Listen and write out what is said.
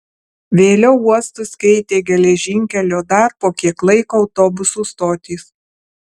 vėliau uostus keitė geležinkelio dar po kiek laiko autobusų stotys